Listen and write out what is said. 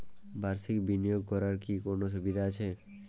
বাষির্ক বিনিয়োগ করার কি কোনো সুবিধা আছে?